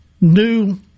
new